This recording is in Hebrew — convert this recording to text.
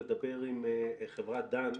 לדבר עם חברת דן,